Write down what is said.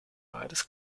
beides